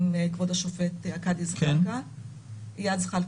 עם כבוד השופט הקאדי איאד זחאלקה.